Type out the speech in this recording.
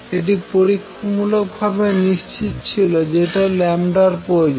এটি পরীক্ষামূলকভাবে নিশ্চিত ছিল যেটাতে এর প্রয়োজন